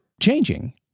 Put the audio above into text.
changing